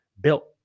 built